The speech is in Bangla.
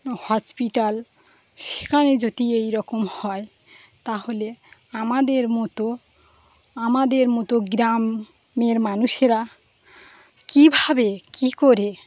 হসপিটাল সেখানে যদি এই রকম হয় তাহলে আমাদের মতো আমাদের মতো গ্রামের মানুষেরা কী ভাবে কী করে